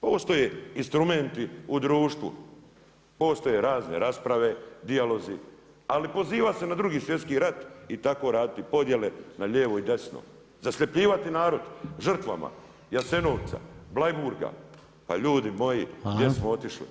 Postoje instrumenti u društvu, postoje razne rasprave, dijalozi, ali pozivat se na Drugi svjetski rat i tako raditi podjele na lijevo i desno, zasljepljivati narod žrtvama Jasenovca, Beleiburga, pa ljudi moji gdje smo otišli?